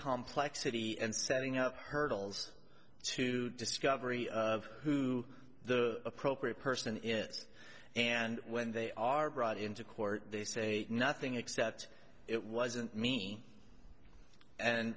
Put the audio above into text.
complexity and setting up hurdles to discovery of who the appropriate person is and when they are brought into court they say nothing except it wasn't me and